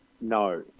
no